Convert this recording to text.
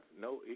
no